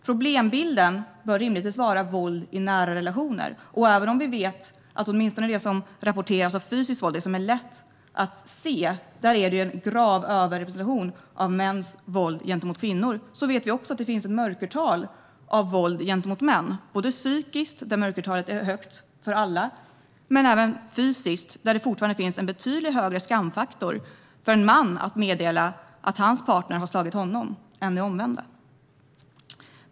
Problembilden bör rimligtvis gälla våld i nära relationer. Vi vet visserligen att det är en grav överrepresentation av mäns våld gentemot kvinnor, åtminstone vad gäller det som rapporteras om fysiskt våld och det som är lätt att se, men vi vet också att det finns ett mörkertal för våld gentemot män, både psykiskt, där mörkertalet är högt för alla, och fysiskt, där det fortfarande finns en betydligt högre skamfaktor för en man att meddela att hans partner har slagit honom än det omvända.